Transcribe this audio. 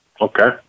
Okay